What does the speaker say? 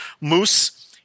Moose